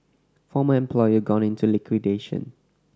former employer gone into liquidation